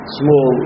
small